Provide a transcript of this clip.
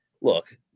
look